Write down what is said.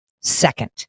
Second